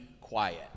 quiet